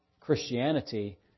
Christianity